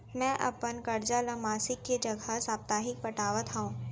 मै अपन कर्जा ला मासिक के जगह साप्ताहिक पटावत हव